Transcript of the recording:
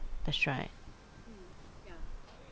that's right